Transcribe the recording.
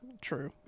True